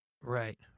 Right